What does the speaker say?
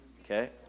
Okay